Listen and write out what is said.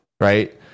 right